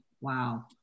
wow